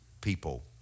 people